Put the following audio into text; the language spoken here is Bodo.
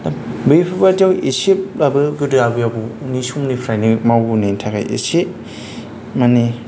दा बैफोरबादिआव एसेब्लाबो गोदो आबै आबौनि समनिफ्रायनो मावबोनायनि थाखाय एसे माने